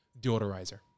Deodorizer